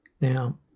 Now